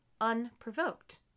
Unprovoked